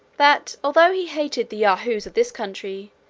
that although he hated the yahoos of this country,